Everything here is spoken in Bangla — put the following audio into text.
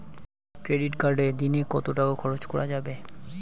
ক্রেডিট কার্ডে দিনে কত টাকা খরচ করা যাবে?